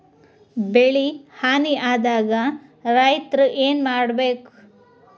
ಬೆಳಿ ಹಾನಿ ಆದಾಗ ರೈತ್ರ ಏನ್ ಮಾಡ್ಬೇಕ್?